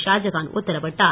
ஷாஜகான் உத்தரவிட்டார்